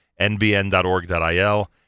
nbn.org.il